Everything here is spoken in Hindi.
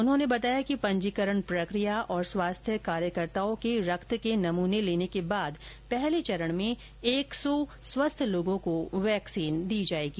उन्होंने बताया कि पंजीकरण प्रकिया और स्वास्थ्य कार्यकर्ताओं के रक्त के नमूने लेने के बाद पहले चरण में एक सौ स्वस्थ लोगों को वैक्सीन दी जाएगी